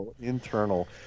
internal